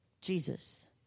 Jesus